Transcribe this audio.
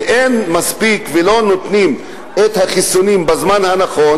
שאין מספיק ולא נותנים את החיסונים בזמן הנכון